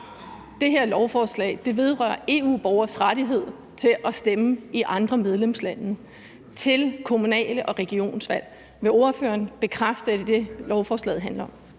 Det her lovforslag vedrører EU-borgeres rettighed til at stemme i andre medlemslande til kommunal- og regionsvalg. Vil ordføreren bekræfte, at det er det, beslutningsforslaget handler om?